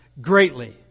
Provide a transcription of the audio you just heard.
greatly